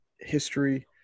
history